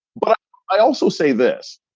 but i also say this.